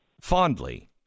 fondly